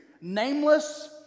nameless